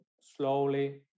slowly